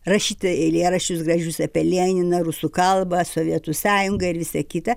rašyti eilėraščius gražius apie leniną rusų kalbą sovietų sąjungą ir visa kita